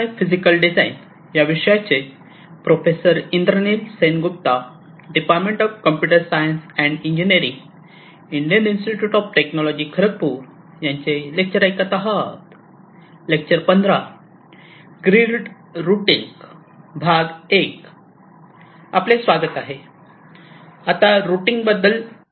आता रुटींग बद्दल च्या काही टॉपिक वर चर्चा करूया